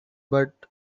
but